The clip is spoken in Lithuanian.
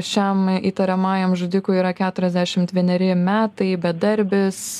šiam įtariamajam žudikui yra keturiasdešimt vieneri metai bedarbis